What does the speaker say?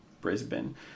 Brisbane